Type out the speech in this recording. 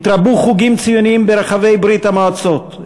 התרבו חוגים ציוניים ברחבי ברית-המועצות,